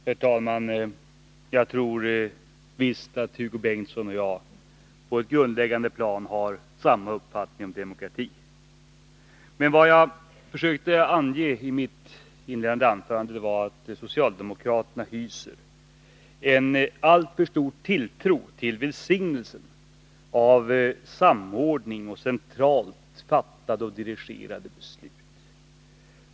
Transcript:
Herr talman! Jag tror visst att Hugo Bengtsson och jag på ett grundläggande plan har samma uppfattning om demokrati. Men vad jag försökte säga i mitt inledande anförande var att socialdemokraterna hyser en alltför stor tilltro till välsignelsen av samordning och centralt fattade eller dirigerade beslut.